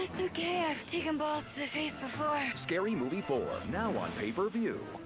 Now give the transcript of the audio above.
okay, i've taken balls to scary movie four, now on pay-per-view.